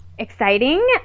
Exciting